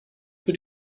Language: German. für